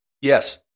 Yes